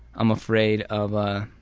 i'm afraid of ah